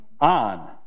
on